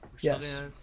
yes